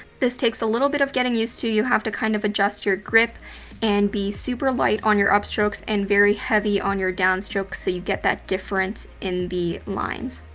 this takes a little bit of getting used to, you have to kind of adjust your grip and be super light on your upstrokes and very heavy on your downstrokes, so you get that difference in the lines.